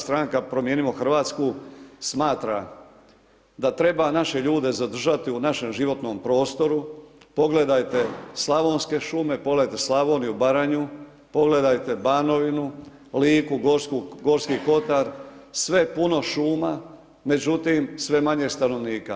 Stranka Promijenimo Hrvatsku smatra da treba naše ljude zadržati u našem životnom prostoru, pogledajte slavonske šume, pogledajte Slavoniju, Baranju, pogledajte Banovinu, Liku, Gorski kotar, sve puno šuma međutim, sve manje stanovnika.